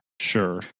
Sure